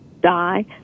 die